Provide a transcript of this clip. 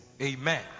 Amen